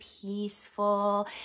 peaceful